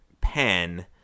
pen